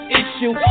issue